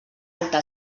alta